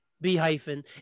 B-hyphen